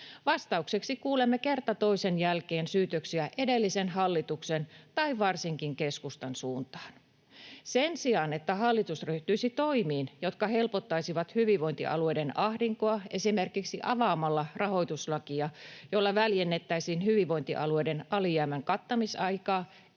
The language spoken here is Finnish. Vastaukseksi kuulemme kerta toisen jälkeen syytöksiä edellisen hallituksen tai varsinkin keskustan suuntaan. Sen sijaan, että hallitus ryhtyisi toimiin, jotka helpottaisivat hyvinvointialueiden ahdinkoa — esimerkiksi avaamalla rahoituslakia, jolla väljennettäisiin hyvinvointialueiden alijäämän kattamisaikaa